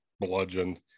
bludgeoned